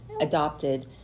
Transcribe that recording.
adopted